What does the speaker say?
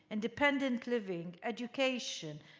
independent living, education,